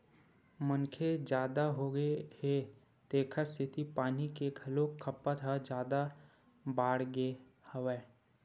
मनखे जादा होगे हे तेखर सेती पानी के घलोक खपत ह जादा बाड़गे गे हवय